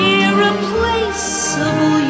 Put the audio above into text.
irreplaceable